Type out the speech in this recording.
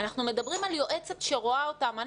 אנחנו מדברים על יועצת שרואה אותם.